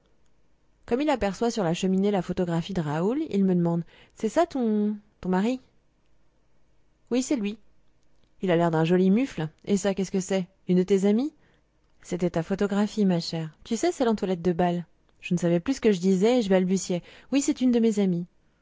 comme il aperçoit sur la cheminée la photographie de raoul il me demande c'est ça ton ton mari oui c'est lui il a l'air d'un joli mufle et ça qu'est-ce que c'est une de tes amies c'était ta photographie ma chère tu sais celle en toilette de bal je ne savais plus ce que disais je balbutiai oui c'est une de mes amies